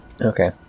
Okay